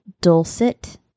Dulcet